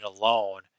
alone